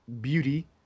beauty